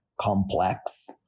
complex